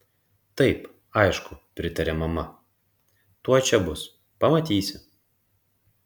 taip aišku pritarė mama tuoj čia bus pamatysi